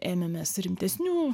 ėmėmės rimtesnių